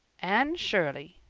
anne shirley,